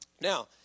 Now